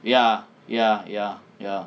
ya ya ya ya